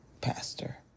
Pastor